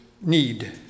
need